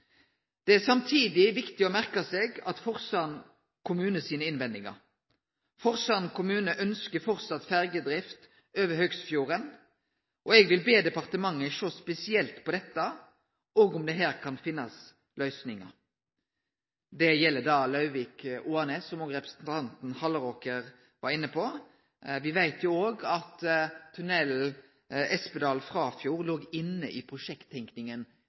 Det er samtidig viktig å merke seg Forsand kommune sine innvendingar. Forsand kommune ønskjer framleis ferjedrift over Høgsfjorden, og eg vil be departementet sjå spesielt på dette og om det her kan finnast løysingar. Det gjeld da Lauvvik–Oanes, som òg representanten Halleraker var inne på. Vi veit òg at tunnelen Espedal–Frafjord låg inne i prosjekttenkinga